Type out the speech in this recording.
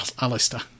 Alistair